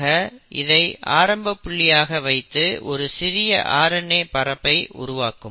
ஆக இதை ஆரம்ப புள்ளியாக வைத்து ஒரு சிறிய RNA பரப்பை உருவாக்கும்